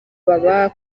baba